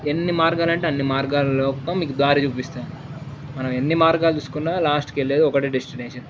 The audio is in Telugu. ఎన్ని మార్గాలంటే అన్ని మార్గాల లోపల మీకు దారి చూపిస్తాను మనం ఎన్ని మార్గాలు చూసుకున్నా లాస్టుకి వెళ్ళేది ఒకటే డెస్టినేేషన్